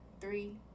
three